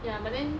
ya but then